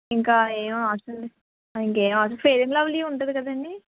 ఇంకా ఏం అవసరం ఇంక ఏం అవసరం ఫెయిర్ అండ్ లవ్లీ ఉంటుంది కదండీ